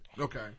Okay